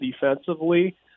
defensively